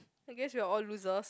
I guess we are all losers